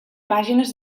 pàgines